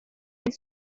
his